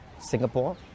Singapore